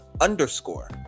underscore